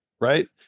right